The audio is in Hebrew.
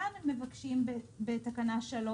כאן הם מבקשים בתקנה 3